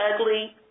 ugly